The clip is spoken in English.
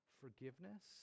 forgiveness